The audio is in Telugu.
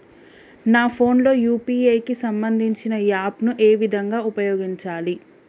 నా ఫోన్ లో యూ.పీ.ఐ కి సంబందించిన యాప్ ను ఏ విధంగా ఉపయోగించాలి?